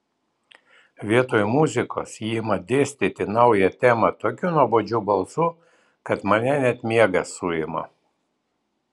vietoj muzikos ji ima dėstyti naują temą tokiu nuobodžiu balsu kad mane net miegas suima